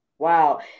Wow